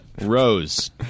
Rose